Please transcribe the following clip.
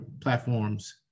platforms